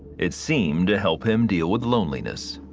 it seemed to help him deal with loneliness.